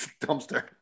dumpster